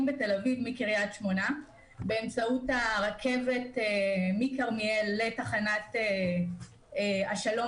בתל-אביב באמצעות הרכבת מכרמיאל לתחנת השלום